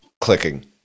clicking